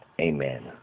Amen